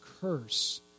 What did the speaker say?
curse